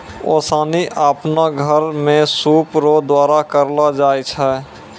ओसानी आपनो घर मे सूप रो द्वारा करलो जाय छै